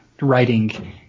writing